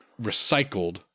recycled